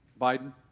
Biden